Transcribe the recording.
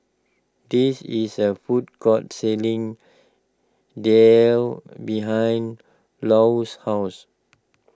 this is a food court selling Daal behind Lou's house